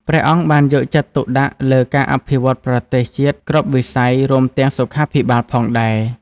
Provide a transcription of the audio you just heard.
ព្រះអង្គបានយកចិត្តទុកដាក់លើការអភិវឌ្ឍប្រទេសជាតិគ្រប់វិស័យ រួមទាំងសុខាភិបាលផងដែរ។